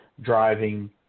driving